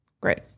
Great